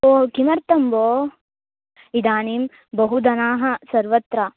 ओ किमर्थं भोः इदानीं बहु धनं सर्वत्र